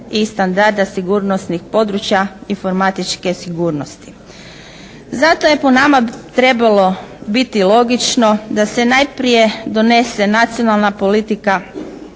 i standarda sigurnosnih područja informatičke sigurnosti". Zato je po nama trebalo biti logično da se najprije donese nacionalna politika